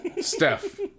Steph